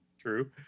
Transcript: True